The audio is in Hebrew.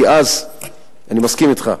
כי אז אני מסכים אתך,